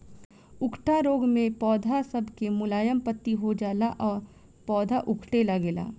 उकठा रोग मे पौध सब के मुलायम पत्ती हो जाला आ पौधा उकठे लागेला